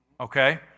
Okay